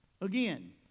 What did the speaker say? again